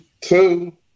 Two